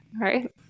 Right